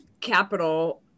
Capital